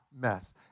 mess